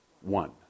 one